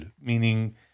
meaning